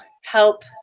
help